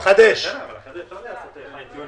כל חברי הכנסת שנמצאים